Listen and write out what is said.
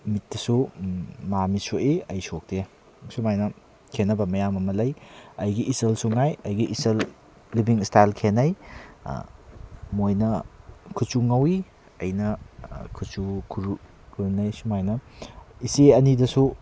ꯃꯤꯠꯇꯁꯨ ꯃꯥ ꯃꯤꯠ ꯁꯣꯛꯏ ꯑꯩ ꯁꯣꯛꯇꯦ ꯁꯨꯃꯥꯏꯅ ꯈꯦꯠꯅꯕ ꯃꯌꯥꯝ ꯑꯃ ꯂꯩ ꯑꯩꯒꯤ ꯏꯆꯜꯁꯨ ꯉꯥꯏ ꯑꯩꯒ ꯏꯆꯜ ꯂꯤꯕꯤꯡ ꯏꯁꯇꯥꯏꯜ ꯈꯦꯠꯅꯩ ꯃꯣꯏꯅ ꯀꯨꯆꯨ ꯉꯧꯋꯤ ꯑꯩꯅ ꯀꯨꯆꯨ ꯀꯨꯔꯨ ꯀꯨꯔꯨꯅꯩ ꯁꯨꯃꯥꯏꯅ ꯏꯆꯦ ꯑꯅꯤꯗꯨꯁꯨ